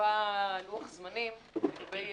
שתקבע לוח זמנים לגבי תשובות,